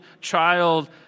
child